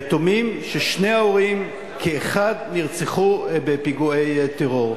יתומים ששני ההורים כאחד נרצחו בפיגועי טרור.